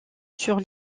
sur